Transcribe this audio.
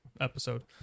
episode